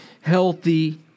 healthy